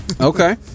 okay